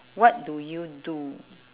what do you do